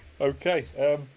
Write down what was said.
okay